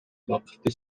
бакытты